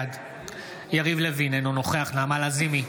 בעד יריב לוין, אינו נוכח נעמה לזימי,